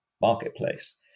marketplace